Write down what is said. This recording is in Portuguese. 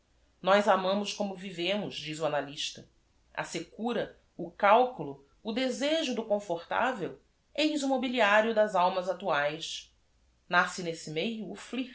ós amamos como vivemos diz o analysta secura o calculo o de sejo do confortável eis o mobiliá r i o das almas actuaes asce nes se meio